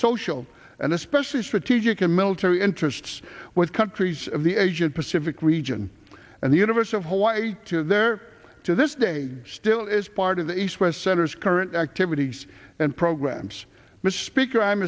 social and especially strategic and military interests with countries of the asian pacific region and the university of hawaii there to this day still is part of the east west center's current activities and programs mr speaker i'm